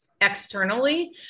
externally